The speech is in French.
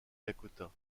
dakota